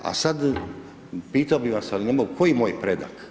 A sada, pitao bi vas ali ne mogu, koji moj predak?